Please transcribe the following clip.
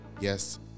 Yes